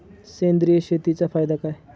सेंद्रिय शेतीचा फायदा काय?